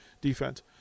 defense